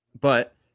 But-